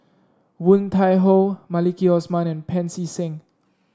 Woon Tai Ho Maliki Osman and Pancy Seng